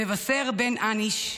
מבשר בן אניש,